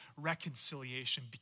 reconciliation